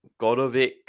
Godovic